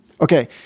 Okay